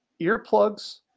earplugs